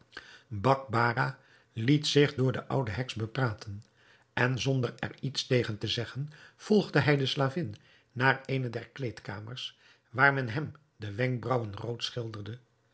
bakbarah liet zich door de oude heks bepraten en zonder er iets tegen te zeggen volgde hij de slavin naar eene der kleedkamers waar men hem de wenkbraauwen rood schilderde